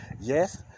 Yes